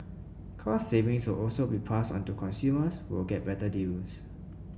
cost savings will also be passed onto consumers will get better deals